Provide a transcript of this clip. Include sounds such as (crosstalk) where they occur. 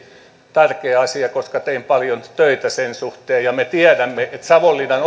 tärkeä asia koska tein paljon töitä sen suhteen ja me tiedämme että savonlinnan (unintelligible)